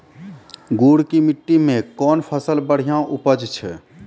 गुड़ की मिट्टी मैं कौन फसल बढ़िया उपज छ?